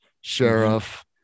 sheriff